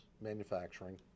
manufacturing